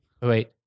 Wait